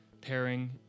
pairing